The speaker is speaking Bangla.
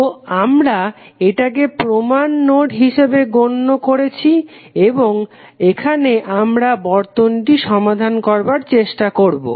তো আমরা এটাকে প্রমান নোড হিসাবে গণ্য করেছি এবং এখন আমরা বর্তনীটি সমাধান করার চেষ্টা করবো